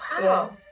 wow